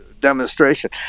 demonstration